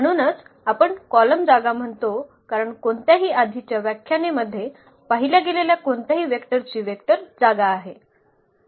म्हणूनच आपण कॉलम जागा म्हणतो कारण कोणत्याही आधीच्या व्याख्याने मध्ये पाहिल्या गेलेल्या कोणत्याही वेक्टर ची वेक्टर जागा आहे